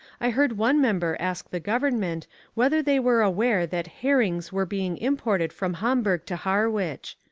i heard one member ask the government whether they were aware that herrings were being imported from hamburg to harwich.